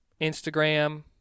Instagram